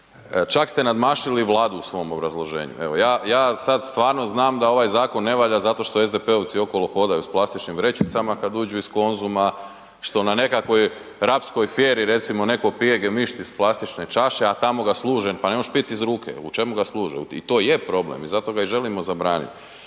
čak ste nadmašili i Vladu u svom obrazloženju. Evo ja sad stvarno znam da ovaj zakon ne valja zato što SDP-ovci okolo hodaju sa plastičnim vrećicama kad dođu iz Konzuma što na nekakvoj Rapskoj fijeri recimo neko pije gemišt iz plastične čaše a tamo ga služe, pa ne možeš pit iz ruke, u čemu ga služe i to je problem i zato ga i želim zabraniti.